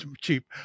cheap